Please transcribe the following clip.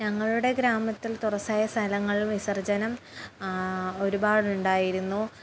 ഞങ്ങളുടെ ഗ്രാമത്തിൽ തുറസ്സായ സ്ഥലങ്ങളിൽ വിസർജ്ജനം ഒരുപാടുണ്ടായിരുന്നു